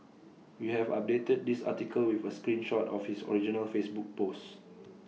we have updated this article with A screen shot of his original Facebook post